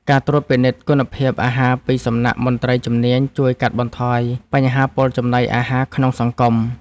ការត្រួតពិនិត្យគុណភាពអាហារពីសំណាក់មន្ត្រីជំនាញជួយកាត់បន្ថយបញ្ហាពុលចំណីអាហារក្នុងសង្គម។